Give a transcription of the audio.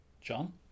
John